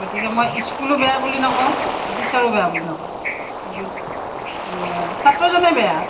গতিকে মই স্কুলো বেয়া বুলি নকওঁ টিচাৰো বেয়া বুলি নকওঁ কিন্তু ছাত্ৰজনেই বেয়া